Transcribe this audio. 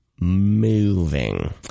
moving